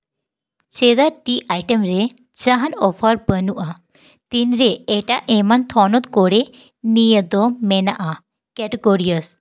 ᱪᱮᱫᱟᱜ ᱴᱤ ᱟᱭᱴᱮᱢ ᱨᱮ ᱡᱟᱦᱟᱱ ᱚᱯᱷᱟᱨ ᱵᱟᱹᱱᱩᱜᱼᱟ ᱛᱤᱱᱨᱮ ᱮᱴᱟᱜ ᱮᱢᱟᱱ ᱛᱷᱚᱱᱚᱛ ᱠᱚᱨᱮ ᱱᱤᱭᱟᱹ ᱫᱚ ᱢᱮᱱᱟᱜᱼᱟ ᱠᱮᱰᱠᱳᱨᱤᱭᱟᱨᱥ